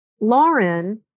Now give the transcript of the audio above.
Lauren